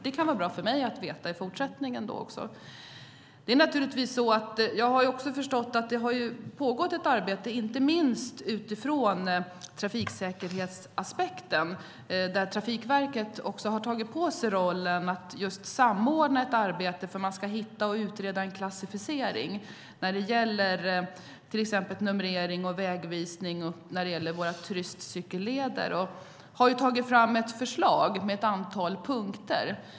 Det kan vara bra för mig att veta i fortsättningen. Jag har förstått att det har pågått ett arbete, inte minst utifrån trafiksäkerhetsaspekten. Trafikverket har tagit på sig rollen att samordna ett arbete för att utreda en klassificering när det gäller till exempel numrering av och vägvisning på våra cykelturistleder och har tagit fram ett förslag med ett antal punkter.